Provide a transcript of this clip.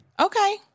Okay